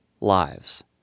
lives